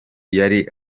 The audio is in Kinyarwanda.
yari